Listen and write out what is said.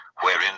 wherein